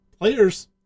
players